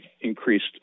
increased